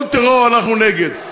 כל טרור, אנחנו נגד.